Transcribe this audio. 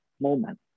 moment